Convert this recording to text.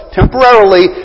temporarily